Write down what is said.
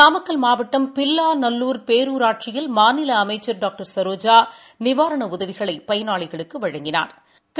நாமக்கல் மாவட்டம் பில்லாநல்லூர் பேரூராட்சியில் மாநிலஅமைச்சர் டாக்டர் சரோஜா நிவாரணஉதவிகளைபயனாளிகளுக்குவழங்கினாா்